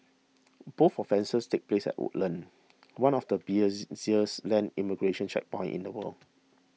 both offences take place at Woodlands one of the land immigration checkpoints in the world